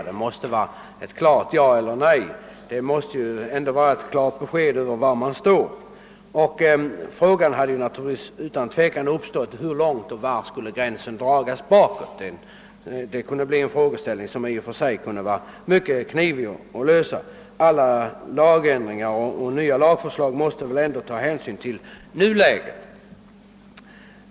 Det måste vara ett klart ja eller nej; det måste finnas ett klart besked om var man står. Fråga hade utan tvekan uppstått om hur långt bakåt gränsen skulle dras — en fråga som i och för sig skulle bli mycket knivig att lösa. Alla nya lagförslag måste väl ändå ta hänsyn till nuläget.